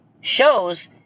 shows